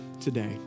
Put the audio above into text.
today